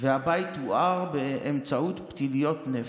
והבית הואר באמצעות פתיליות נפט.